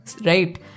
right